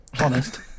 Honest